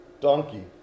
donkey